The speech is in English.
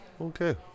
okay